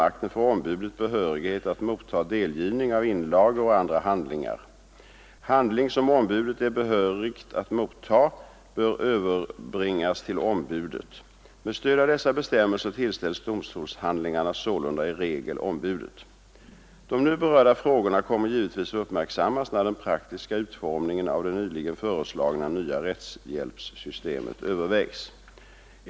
behörighet att motta delgivning av inlagor och andra handlingar. Handling, som ombudet är behörigt att motta, bör överbringas till ombudet. Med stöd av dessa bestämmelser tillställs domstolshandlingen sålunda i regel ombudet. De nu berörda frågorna kommer givetvis att uppmärksammas när den praktiska utformningen av det nyligen föreslagna nya rättshjälpssystemet övervägs.